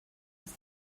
los